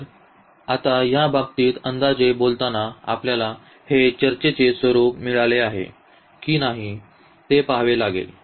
तर आता या बाबतीत अंदाजे बोलताना आपल्याला हे चर्चेचे स्वरुप मिळाले की नाही ते पाहावे लागेल